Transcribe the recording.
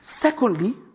Secondly